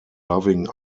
loving